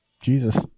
Jesus